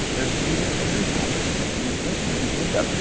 there's music theory topics in there. pretty much anything you can think of.